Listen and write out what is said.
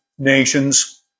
Nations